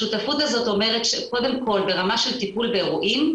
השותפות הזאת אומרת שקודם כל ברמה של טיפול באירועים,